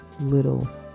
little